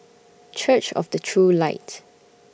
Church of The True Light